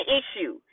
issue